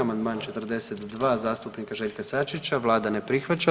Amandman 42 zastupnika Željka SAčića, Vlada ne prihvaća.